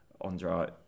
Andre